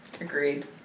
Agreed